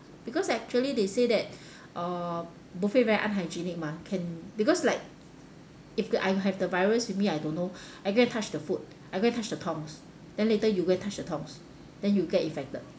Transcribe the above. because actually they say that uh buffet very unhygienic mah can because like if I have the virus with me I don't know I go and touch the food I go and touch the tongs then later you go and touch the tongs then you get infected